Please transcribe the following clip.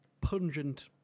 pungent